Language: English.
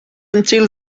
until